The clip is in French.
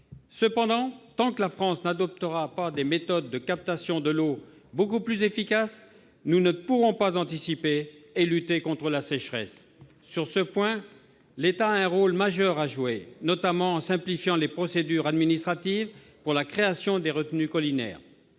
Cependant, tant que la France n'adoptera pas des méthodes de captation de l'eau beaucoup plus efficaces, nous ne pourrons pas anticiper et lutter contre la sécheresse. Sur ce point, l'État a un rôle majeur à jouer, notamment en simplifiant les procédures administratives pour la création des retenues collinaires.